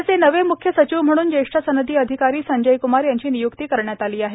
राज्याचे नवे मुख्य सचिव म्हणून ज्येष्ठ सनदी अधिकारी संजय कुमार यांची नियुक्ती झाली आहे